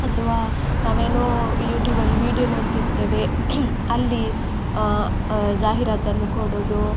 ಅಥವಾ ನಾವೇನೋ ಯೂಟ್ಯೂಬಲ್ಲಿ ವೀಡ್ಯೋ ನೋಡ್ತಿರ್ತೆವೆ ಅಲ್ಲಿ ಜಾಹಿರಾತನ್ನು ಕೊಡುವುದು